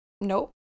No